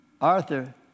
Arthur